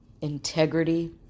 integrity